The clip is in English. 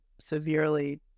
severely